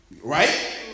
Right